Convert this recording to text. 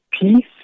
peace